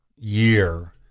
year